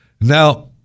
Now